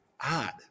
odd